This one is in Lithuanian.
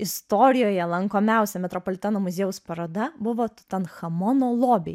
istorijoje lankomiausia metropoliteno muziejaus paroda buvo tutanchamono lobiai